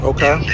Okay